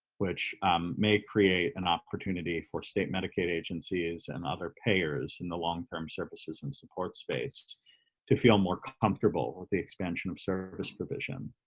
which may create an opportunity for state medicaid agencies and other payers in the long term services and support space to feel more comfort but the expansion of service provision.